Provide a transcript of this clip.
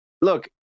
look